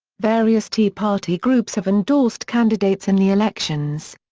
various tea party groups have endorsed candidates in the elections.